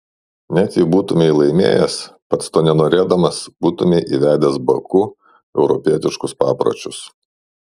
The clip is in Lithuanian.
net jei būtumei laimėjęs pats to nenorėdamas būtumei įvedęs baku europietiškus papročius